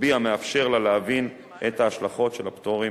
רוחבי המאפשר לה להבין את ההשלכות של הפטורים